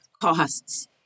costs